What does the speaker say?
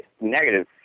negative